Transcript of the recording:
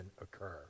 occur